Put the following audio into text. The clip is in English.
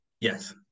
Yes